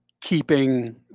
keeping